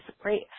Great